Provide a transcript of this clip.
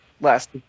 last